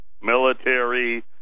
Military